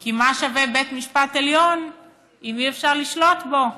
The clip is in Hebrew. כי מה שווה בית משפט עליון אם אי-אפשר לשלוט בו?